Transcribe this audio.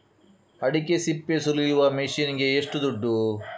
ಅಡಿಕೆ ಸಿಪ್ಪೆ ಸುಲಿಯುವ ಮಷೀನ್ ಗೆ ಏಷ್ಟು ದುಡ್ಡು?